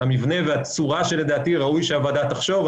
המבנה והצורה, שלדעתי ראוי שהוועדה תחשוב.